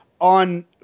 on